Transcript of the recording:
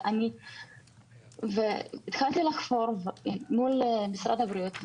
ולכן התחלתי לחקור מול משרד הבריאות,